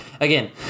again